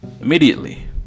Immediately